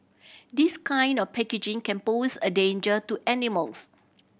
this kind of packaging can pose a danger to animals